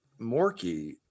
Morky